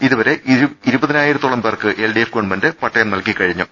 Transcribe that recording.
ഇതുവരെ ഇരുപതിനായി രത്തോളം പേർക്ക് എൽഡിഎഫ് ഗവൺമെന്റ് പട്ടയം നൽകി കഴി ഞ്ഞു